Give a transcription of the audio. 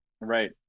Right